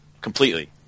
completely